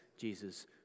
Jesus